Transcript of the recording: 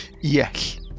yes